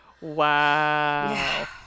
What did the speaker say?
Wow